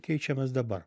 keičiamas dabar